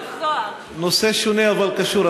נושא שונה אבל קשור.